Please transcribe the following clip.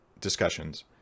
discussions